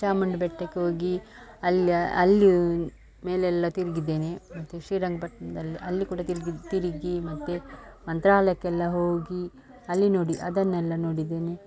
ಚಾಮುಂಡಿ ಬೆಟ್ಟಕ್ಕೆ ಹೋಗಿ ಅಲ್ಲಿ ಅಲ್ಲಿ ಮೇಲೆಲ್ಲ ತಿರುಗಿದ್ದೇನೆ ಮತ್ತು ಶ್ರೀರಂಗ ಪಟ್ಣದಲ್ಲಿ ಅಲ್ಲಿ ಕೂಡ ತಿರುಗಿ ತಿರುಗಿ ಮತ್ತು ಮಂತ್ರಾಲಯಕ್ಕೆಲ್ಲ ಹೋಗಿ ಅಲ್ಲಿ ನೋಡಿ ಅದನ್ನೆಲ್ಲ ನೋಡಿದ್ದೇನೆ